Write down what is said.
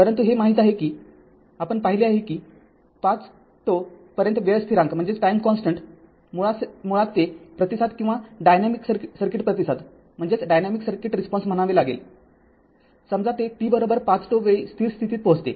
परंतु हे माहीत आहे कि आपण पाहिले आहे कि ५ τ पर्यंत वेळ स्थिरांक मुळात ते प्रतिसाद किंवा डायनॅमिक सर्किट प्रतिसाद म्हणावे लागेल समजा ते t५τ वेळी स्थिर स्थितीत पोहोचते